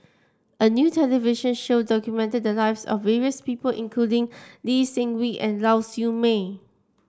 a new television show documented the lives of various people including Lee Seng Wee and Lau Siew Mei